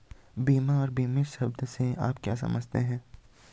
बीमा और बीमित शब्द से आप क्या समझते हैं?